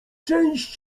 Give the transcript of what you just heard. część